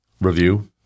review